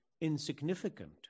insignificant